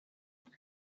elle